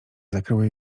zakryły